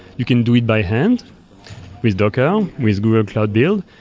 you can do it by hand with docker, um with google cloud build.